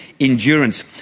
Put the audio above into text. endurance